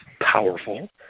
powerful